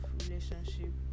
relationship